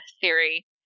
theory